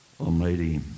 Almighty